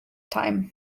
time